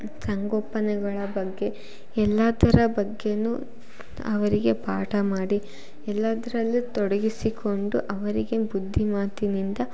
ಸಂಗೋಪನೆಗಳ ಬಗ್ಗೆ ಎಲ್ಲಾದರ ಬಗ್ಗೆ ಅವರಿಗೆ ಪಾಠ ಮಾಡಿ ಎಲ್ಲಾದರಲ್ಲು ತೊಡಗಿಸಿಕೊಂಡು ಅವರಿಗೆ ಬುದ್ಧಿ ಮಾತಿನಿಂದ